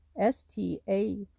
S-T-A